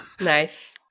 Nice